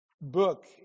book